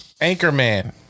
Anchorman